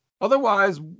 Otherwise